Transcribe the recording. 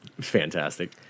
Fantastic